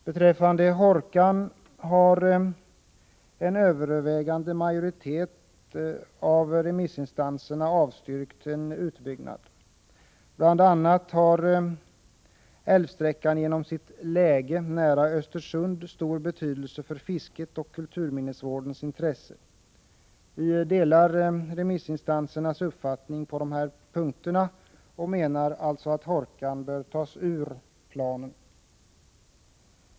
Beträffande Hår kan har en övervägande majoritet av remissinstanserna avstyrkt en utbyggnad. Bl. a. har älvsträckan genom sitt läge nära Östersund stor betydelse för fisket och kulturminnesvården. Vi delar remissinstansernas uppfattning på dessa punkter och menar att Hårkan bör tas ur planen.